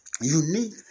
unique